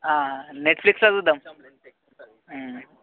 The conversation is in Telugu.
నెట్ఫ్లిక్స్లో చూద్దాం